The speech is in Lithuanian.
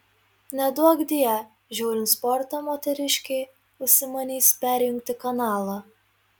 neduokdie žiūrint sportą moteriškė užsimanys perjungti kanalą